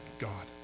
God